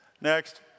Next